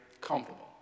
comfortable